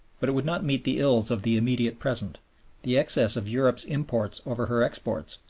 but it would not meet the ills of the immediate present the excess of europe's imports over her exports,